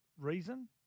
reason